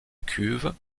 cuve